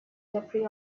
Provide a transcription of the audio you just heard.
jeffrey